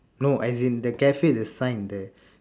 no as in the cafe the sign there